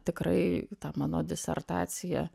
tikrai ta mano disertacija